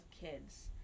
kids